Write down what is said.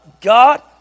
God